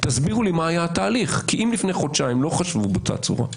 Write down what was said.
תסבירו לי מה היה התהליך כי אם לפני חודשיים לא חשבו באותה צורה,